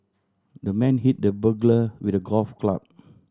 the man hit the burglar with a golf club